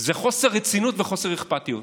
זה חוסר רצינות וחוסר אכפתיות.